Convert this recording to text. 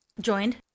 Joined